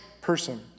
person